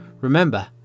remember